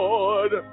Lord